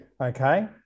okay